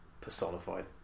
personified